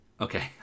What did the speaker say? Okay